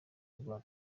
rwa